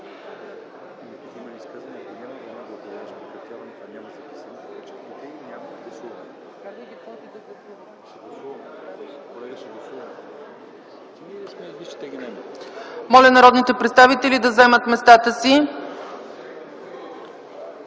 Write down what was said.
Моля народните представители да заемат местата си.